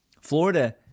florida